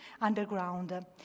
Underground